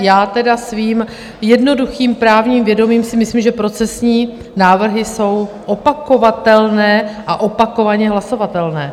Já tedy svým jednoduchým právním vědomím si myslím, že procesní návrhy jsou opakovatelné a opakovaně hlasovatelné.